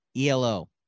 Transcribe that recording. ELO